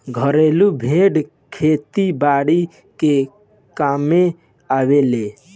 घरेलु भेड़ खेती बारी के कामे आवेले